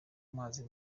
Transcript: amazi